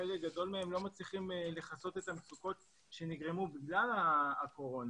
חלק גדול מהם לא מצליחים לכסות את המצוקות שנגרמו בגלל הקורונה,